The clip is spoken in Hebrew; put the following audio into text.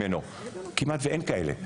כמעט ואין כאלה.